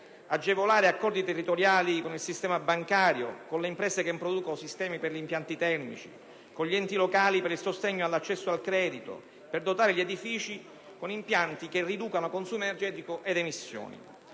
agevolare accordi territoriali con il sistema bancario, con le imprese che producono sistemi per impianti termici e con gli enti locali per il sostegno all'accesso al credito, nonché per dotare gli edifici di impianti che riducano consumo energetico ed emissioni.